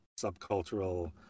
subcultural